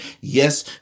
yes